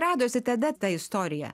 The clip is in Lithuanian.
radosi tada ta istorija